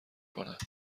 کند